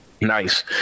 Nice